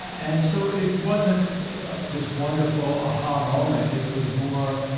and so it wasn't this wonderful aha moment. it was more,